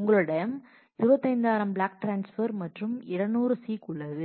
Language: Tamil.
உங்களிடம் 25000 பிளாக் ட்ரான்ஸ்பெர் மற்றும் 200 சீக் உள்ளது